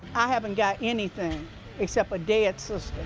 i haven't got anything except a dead sister!